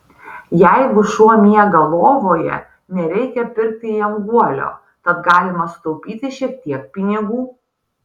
jeigu šuo miega lovoje nereikia pirkti jam guolio tad galima sutaupyti šiek tiek pinigų